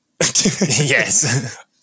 Yes